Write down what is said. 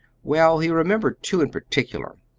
well, he remembered two in particular,